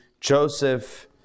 Joseph